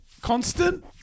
Constant